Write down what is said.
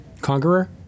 conqueror